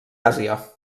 àsia